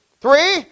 Three